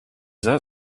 that